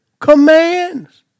commands